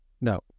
No